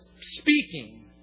speaking